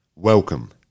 Welcome